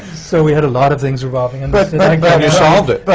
so, we had a lot of things revolving and but you solved it. but